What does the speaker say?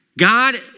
God